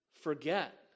forget